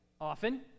often